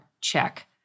check